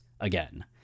again